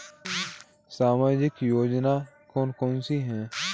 सामाजिक योजना कौन कौन सी हैं?